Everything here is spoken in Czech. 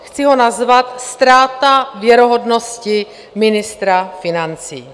Chci ho nazvat Ztráta věrohodnosti ministra financí.